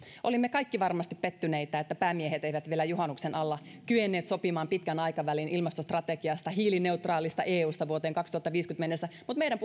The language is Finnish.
olimme kaikki varmasti pettyneitä että päämiehet eivät vielä juhannuksen alla kyenneet sopimaan pitkän aikavälin ilmastostrategiasta hiilineutraalista eusta vuoteen kaksituhattaviisikymmentä mennessä mutta meidän